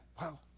Wow